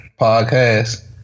podcast